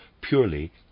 purely